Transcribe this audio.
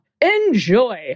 Enjoy